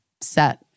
set